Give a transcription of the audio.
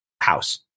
house